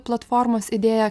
platformos idėja